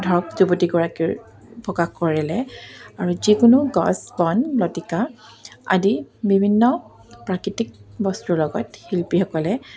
ধৰক যুৱতীগৰাকীৰ প্ৰকাশ কৰিলে আৰু যিকোনো গছ বন লটিকা আদি বিভিন্ন প্ৰাকৃতিক বস্তুৰ লগত শিল্পীসকলে